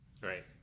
Right